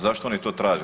Zašto oni to traže?